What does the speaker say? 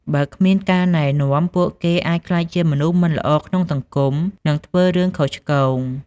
បើគ្មានការណែនាំ ពួកគេអាចក្លាយជាមនុស្សមិនល្អក្នុងសង្គម និងធ្វើរឿងខុសឆ្គង។